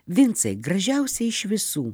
vincai gražiausia iš visų